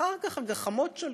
אחר כך הגחמות שולטות,